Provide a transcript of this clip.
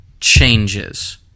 changes